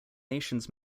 nations